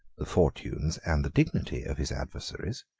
the fortunes, and the dignity, of his adversaries,